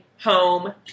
home